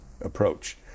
approach